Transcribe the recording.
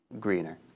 greener